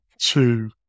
two